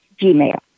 gmail